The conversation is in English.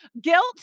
guilt